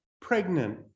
pregnant